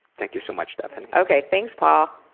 thank you so much, stefanie. okay. thanks, paul.